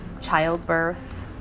childbirth